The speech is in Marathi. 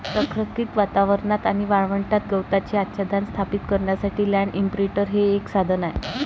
रखरखीत वातावरणात आणि वाळवंटात गवताचे आच्छादन स्थापित करण्यासाठी लँड इंप्रिंटर हे एक साधन आहे